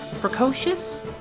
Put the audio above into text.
Precocious